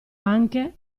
anche